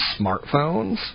smartphones